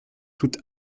toute